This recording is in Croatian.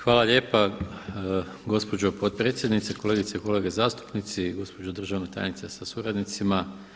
Hvala lijepa gospođo potpredsjednice, kolegice i kolege zastupnici, gospođo državna tajnice sa suradnicima.